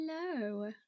Hello